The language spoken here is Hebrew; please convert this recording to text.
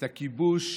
את הכיבוש,